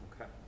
Okay